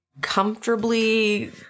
comfortably